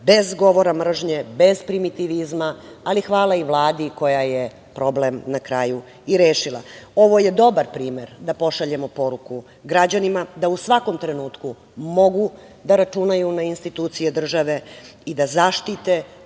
bez govora mržnje, bez primitivizma, ali hvala i Vladi koja je problem na kraju i rešila. Ovo je dobar primer da pošaljemo poruku građanima da u svakom trenutku mogu da računaju na institucije države i da zaštite